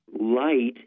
light